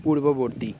পূর্ববর্তী